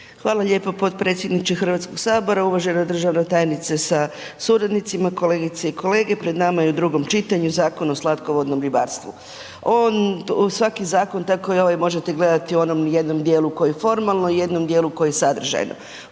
Hvala lijepo potpredsjedniče Hrvatskog sabora, uvažena državna tajnice sa suradnicima, kolegice i kolege, pred nama je u drugom čitanju Zakon o slatkovodnom ribarstvu. Svaki zakon tako i ovaj možete gledati u onom jednom djelu koji je formalno, jednom djelu koji je sadržajno.